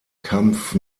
kampf